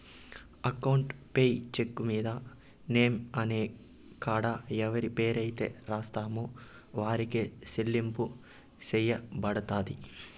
account payee cheque మీద name అనే కాడ ఎవరి పేరైతే రాస్తామో ఆరికే సెల్లింపు సెయ్యబడతది